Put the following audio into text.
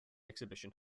exhibition